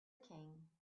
king